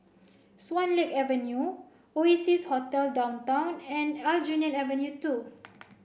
Swan Lake Avenue Oasia Hotel Downtown and Aljunied Avenue two